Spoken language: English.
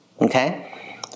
okay